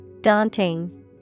Daunting